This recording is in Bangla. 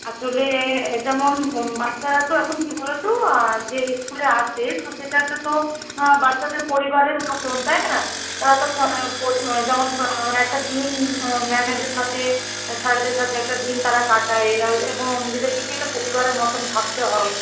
আসলে যেমন হোম বাচ্চারা তো এখন কি বলো তো যে স্কুলে আসে তো সেটা একটা তো বাচ্চাদের পরিবারের মতোন তাই না তারা তো শোনে পরিমা যেমন মানে একটা দিন ম্যামেদের সাথে স্যারেদের সাথে একটা দিন তারা কাটায় এবং নিজেদেরকে কী একটা পরিবারের মতোন ভাবতে হয়